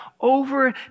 over